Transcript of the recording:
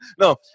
No